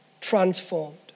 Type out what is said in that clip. transformed